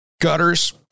gutters